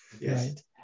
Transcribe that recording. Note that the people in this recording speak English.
yes